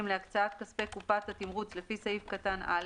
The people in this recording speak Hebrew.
להקצאת כספי קופת התמרוץ לפי סעיף קטן (א),